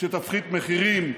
שתפחית מחירים,